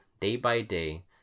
day-by-day